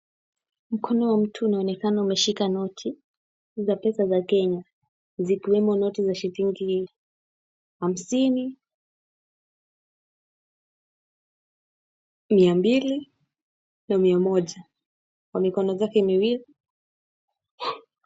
Mkono wa mtu unaonekana umeshika noti za pesa za Kenya zikiwemo noti za shilingi hamsini, mia mbili na mia moja kwa mikono zake miwili.